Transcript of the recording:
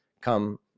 come